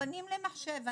מוכוונים למחשב.